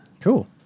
Cool